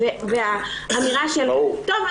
האמירה: "טוב,